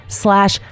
slash